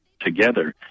together